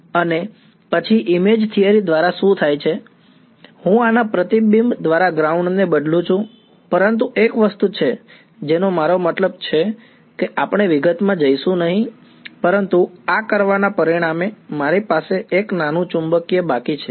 અને પછી image theory દ્વારા શું થાય છે હું આના પ્રતિબિંબ દ્વારા ગ્રાઉન્ડ ને બદલું છું પરંતુ એક વસ્તુ છે જેનો મારો મતલબ છે કે આપણે વિગતમાં જઈશું નહીં પરંતુ આ કરવાના પરિણામે મારી પાસે એક નાનું ચુંબકીય બાકી છે